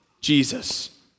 Jesus